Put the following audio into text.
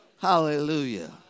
Hallelujah